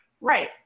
right